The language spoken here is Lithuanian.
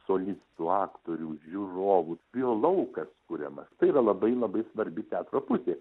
solistų aktorių žiūrovų biolaukas kuriamas tai yra labai labai svarbi teatro pusė